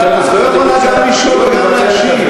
את לא יכולה גם לשאול וגם להשיב.